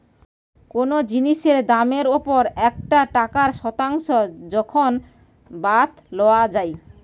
কোনো জিনিসের দামের ওপর একটা টাকার শতাংশ যখন বাদ লওয়া যাই